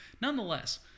Nonetheless